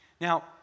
Now